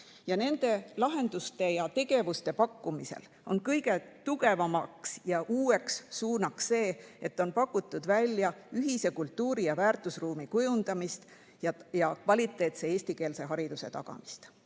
Nende lahenduste ja tegevuste pakkumisel on kõige tugevamaks ja uueks suunaks see, et on pakutud välja ühise kultuuri‑ ja väärtusruumi kujundamist ja kvaliteetse eestikeelse hariduse tagamist.